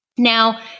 Now